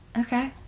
Okay